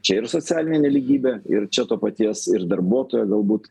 čia ir socialinė nelygybė ir čia to paties ir darbuotojo galbūt